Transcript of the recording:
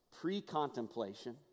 Pre-contemplation